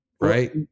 Right